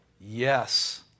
Yes